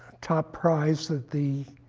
top prize that the